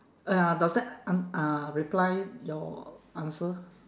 !aiya! does that un~ uh reply your answer